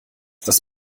dass